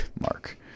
mark